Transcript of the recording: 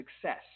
success